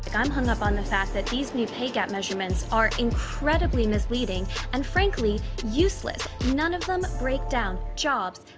i'm hung up on the fact that these new pay gap measurements are incredibly misleading and, frankly, useless. none of them break down jobs,